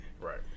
Right